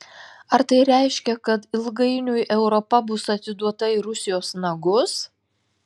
ar tai reiškia kad ilgainiui europa bus atiduota į rusijos nagus